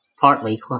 partly